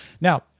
Now